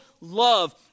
love